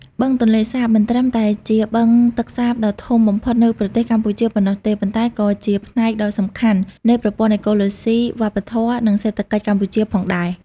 បឹងទន្លេសាបមិនត្រឹមតែជាបឹងទឹកសាបដ៏ធំបំផុតនៅប្រទេសកម្ពុជាប៉ុណ្ណោះទេ ប៉ុន្តែក៏ជាផ្នែកដ៏សំខាន់នៃប្រព័ន្ធអេកូឡូស៊ី វប្បធម៌ និងសេដ្ឋកិច្ចកម្ពុជាផងដែរ។